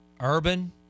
Urban